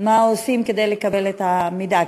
מה עושים כדי לקבל את המידע?